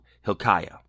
Hilkiah